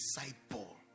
disciple